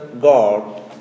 God